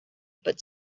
but